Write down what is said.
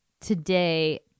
today